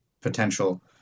potential